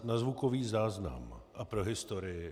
Na zvukový záznam a pro historii.